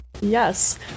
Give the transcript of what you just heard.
Yes